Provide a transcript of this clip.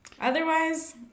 Otherwise